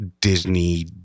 Disney